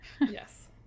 Yes